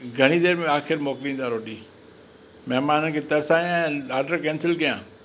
घणी देरि में आख़िर मोकिलींदा रोटी महिमान खे तरसायां या ऑडर केंसिल कयां